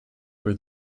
for